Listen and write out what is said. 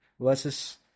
Versus